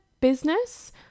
business